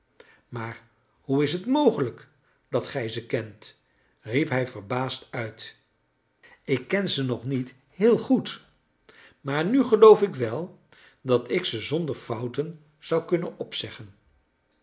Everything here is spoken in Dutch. maar hoe is t mogelijk dat gij ze kent riep hij verbaasd uit ik ken ze nog niet heel goed maar nu geloof ik wel dat ik ze zonder fouten zou kunnen opzeggen